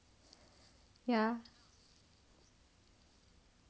ya